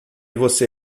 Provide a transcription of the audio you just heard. você